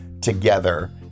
together